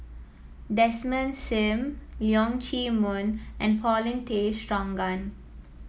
Desmond Sim Leong Chee Mun and Paulin Tay Straughan